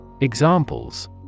Examples